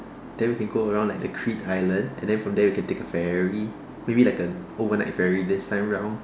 then we can go around like the creed island and then from there we can take a ferry maybe like an overnight ferry this time round